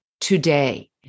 today